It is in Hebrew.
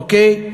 אוקיי?